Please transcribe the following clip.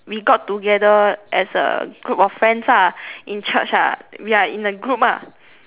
we got together as a group of friends lah in church lah we are in a group lah